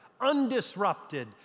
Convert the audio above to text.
undisrupted